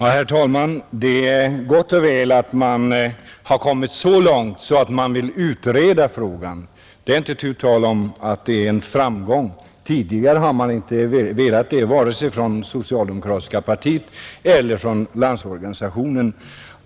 Herr talman! Det är gott och väl att man har kommit så långt att man vill utreda frågan. Det är inte tu tal om att detta är en framgång — tidigare har man inte velat göra det vare sig inom socialdemokratiska partiet eller inom Landsorganisationen.